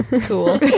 cool